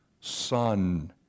Son